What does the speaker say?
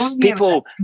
people